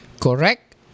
correct